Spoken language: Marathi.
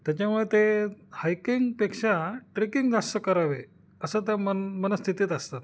त्याच्यामुळे ते हायकिंगपेक्षा ट्रेकिंग जास्त करावे असं त्या मन मन स्थितीत असतात